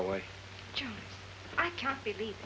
away i can't believe